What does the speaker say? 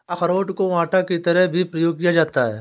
अरारोट को आटा की तरह भी प्रयोग किया जाता है